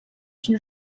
une